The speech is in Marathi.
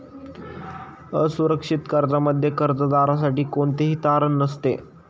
असुरक्षित कर्जामध्ये कर्जदारासाठी कोणतेही तारण नसते